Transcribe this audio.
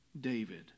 David